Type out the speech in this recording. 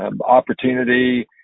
opportunity